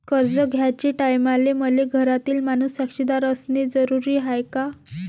कर्ज घ्याचे टायमाले मले घरातील माणूस साक्षीदार असणे जरुरी हाय का?